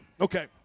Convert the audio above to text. Okay